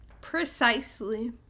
Precisely